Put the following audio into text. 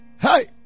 hey